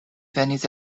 venis